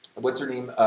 what's her name,